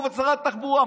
הוא ושרת התחבורה.